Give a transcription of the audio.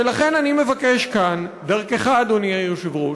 ולכן אני מבקש כאן, דרכך, אדוני היושב-ראש,